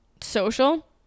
social